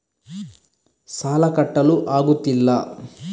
ಸಾಲ ಕಟ್ಟಲು ಆಗುತ್ತಿಲ್ಲ